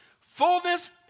Fullness